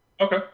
Okay